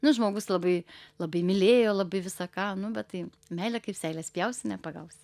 nu žmogus labai labai mylėjo labai visa ką nu bet tai meilė kaip seilė spjausi nepagausi